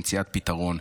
למציאת פתרון.